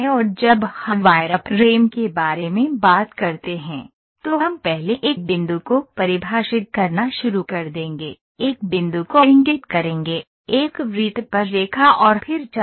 और जब हम वायरफ्रेम के बारे में बात करते हैं तो हम पहले एक बिंदु को परिभाषित करना शुरू कर देंगे एक बिंदु को इंगित करेंगे एक वृत्त पर रेखा और फिर चाप